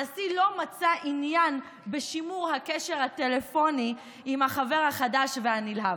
הנשיא לא מצא עניין בשימור הקשר הטלפוני עם החבר החדש והנלהב.